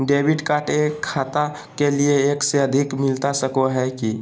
Debit card एक खाता के लिए एक से अधिक मिलता सको है की?